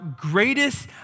greatest